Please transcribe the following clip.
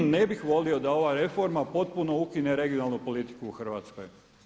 Ne bih volio da ova reforma potpuno ukine regionalnu politiku u Hrvatskoj.